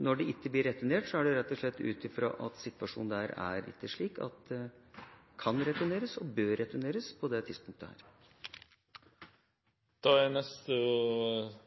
når de ikke blir returnert, er det rett og slett fordi situasjonen der er slik at de ikke kan og bør returneres på dette tidspunktet. SV har gått til krig mot kontantstøtten for å tvinge flere kvinner og innvandrere ut i arbeid. Resultatet er